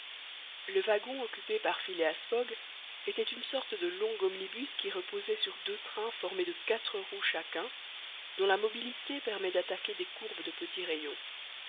le wagon occupé par phileas fogg était une sorte de long omnibus qui reposait sur deux trains formés de quatre roues chacun dont la mobilité permet d'attaquer des courbes de petit rayon